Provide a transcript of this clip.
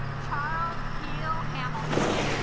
charles keel hamilton